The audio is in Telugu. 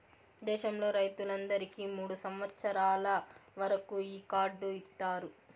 దేశంలో రైతులందరికీ మూడు సంవచ్చరాల వరకు ఈ కార్డు ఇత్తారు